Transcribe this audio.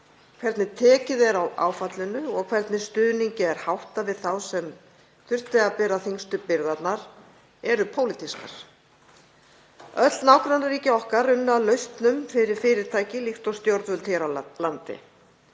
hvernig tekið er á áfallinu og hvernig stuðningi er háttað við þá sem þurftu að bera þyngstu byrðarnar eru pólitískar. Öll nágrannaríki okkar unnu að lausnum fyrir fyrirtæki líkt og stjórnvöld hér á landi.